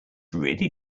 really